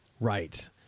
Right